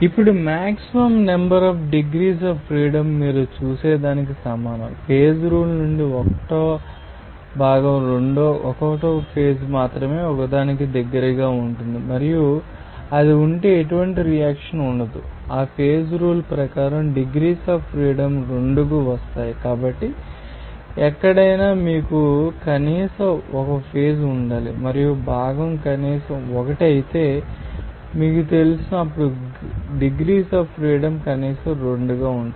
ఇప్పుడు maximum number of degrees of freedom మీరు చూసేదానికి సమానం ఫేజ్ రూల్ నుండి 1 భాగం 1 ఫేజ్ మాత్రమే ఒకదానికి దగ్గరగా ఉంటుంది మరియు అది ఉంటే ఎటువంటి రియాక్షన్ ఉండదు ఆ ఫేజ్ రూల్ ప్రకారం డిగ్రీస్ అఫ్ ఫ్రీడమ్ 2 కు వస్తాయి కాబట్టి ఎక్కడైనా మీకు కనీస 1 ఫేజ్ ఉండాలి మరియు భాగం కనీస 1 అయితే మీకు తెలుసు అప్పుడు డిగ్రీస్ అఫ్ ఫ్రీడమ్ కనీసం 2 గా ఉంటాయి